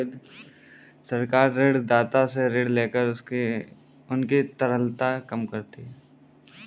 सरकार ऋणदाता से ऋण लेकर उनकी तरलता कम करती है